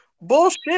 Bullshit